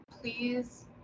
please